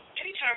Anytime